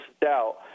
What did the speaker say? doubt